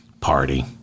party